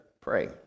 pray